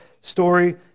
story